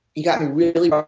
you've got me really.